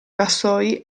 vassoi